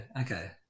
Okay